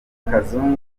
kazungu